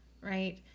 right